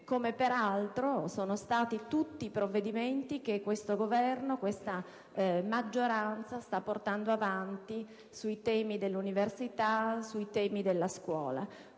come peraltro tutti i provvedimenti che questo Governo e questa maggioranza stanno portando avanti sui temi dell'università e della scuola,